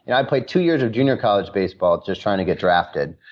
and i played two years of junior college baseball, just trying to get drafted,